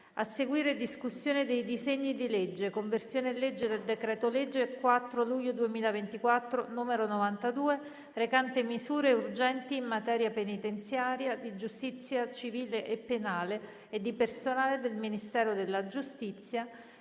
stessa, per il disegno di legge: "Conversione in legge del decreto-legge 4 luglio 2024, n. 92, recante misure urgenti in materia penitenziaria, di giustizia civile e penale e di personale del Ministero della giustizia"